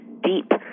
deep